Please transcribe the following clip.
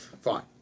fine